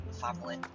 family